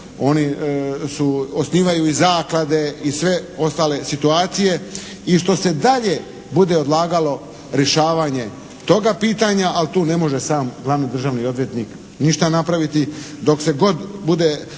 Oni osnivaju i zaklade i sve ostale situacije i što se dalje bude odlagalo rješavanje toga pitanja, ali tu ne može sam glavni državni odvjetnik ništa napraviti dok se god bude